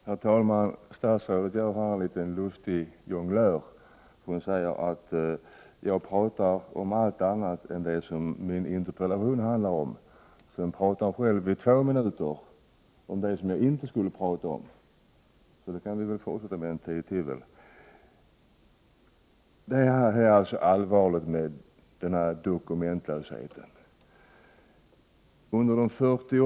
Herr talman! Statsrådet gör en lustig jonglering när hon säger att jag talar om allt annat än det som min interpellation handlar om. Sedan talar hon själv itvå minuter om det som vi inte skulle tala om, så det kan vi ju fortsätta med. Den s.k. dokumentlösheten är allvarlig.